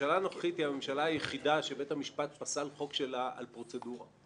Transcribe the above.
הממשלה הנוכחית היא הממשלה היחידה שבית המשפט פסל חוק שלה על פרוצדורה.